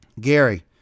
Gary